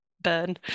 burn